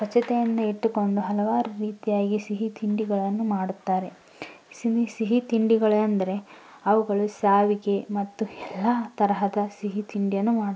ಸ್ವಚ್ಛತೆಯಿಂದ ಇಟ್ಟುಕೊಂಡು ಹಲವಾರು ರೀತಿಯಾಗಿ ಸಿಹಿ ತಿಂಡಿಗಳನ್ನು ಮಾಡುತ್ತಾರೆ ಸಿಹಿ ತಿಂಡಿಗಳಂದರೆ ಅವುಗಳು ಶ್ಯಾವಿಗೆ ಮತ್ತು ಎಲ್ಲ ತರಹದ ಸಿಹಿ ತಿಂಡಿಯನ್ನು ಮಾಡುತ್ತಾರೆ